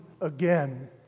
again